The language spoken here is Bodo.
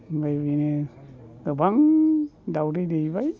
ओमफ्राय बिदिनो गोबां दाउदै दैबाय